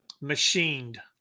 machined